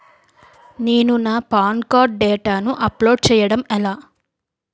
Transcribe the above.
నేను నా PAN card డేటాను అప్లోడ్ చేయడం ఎలా?